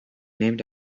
named